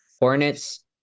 Hornets